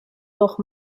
doch